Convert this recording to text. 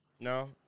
no